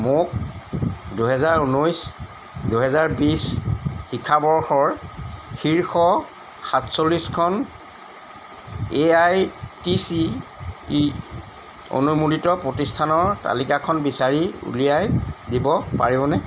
মোক দুহেজাৰ ঊনৈছ দুহেজাৰ বিছ শিক্ষাবৰ্ষৰ শীৰ্ষ সাতচল্লিছখন A I T C E অনুমোদিত প্ৰতিষ্ঠানৰ তালিকাখন বিচাৰি উলিয়াই দিব পাৰিবনে